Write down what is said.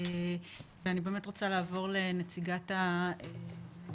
אני רוצה לעבור למריה רבינוביץ,